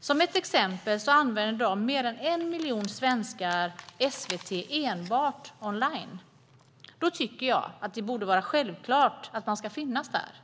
Som ett exempel använder i dag mer än 1 miljon svenskar SVT enbart online. Då tycker jag att det borde vara självklart att SVT ska finnas där.